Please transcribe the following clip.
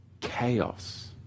Chaos